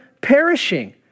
perishing